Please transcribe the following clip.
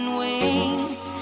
wings